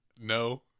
No